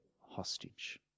hostage